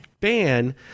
ban